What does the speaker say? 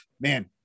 man